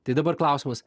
tai dabar klausimas